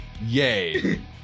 yay